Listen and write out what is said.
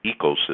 ecosystem